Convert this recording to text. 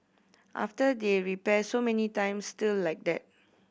after they repair so many times still like that